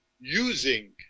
using